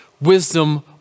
wisdom